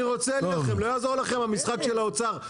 לא יעזור לכם המשחק של האוצר.